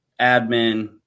admin